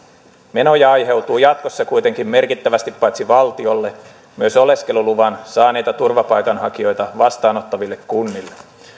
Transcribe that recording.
menoja aiheutuu jatkossa kuitenkin merkittävästi paitsi valtiolle myös oleskeluluvan saaneita turvapaikanhakijoita vastaanottaville kunnille